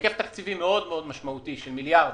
בהיקף תקציבי מאוד-מאוד משמעותי של מיליארדים.